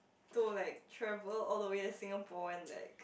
to like travel all the way to Singapore and like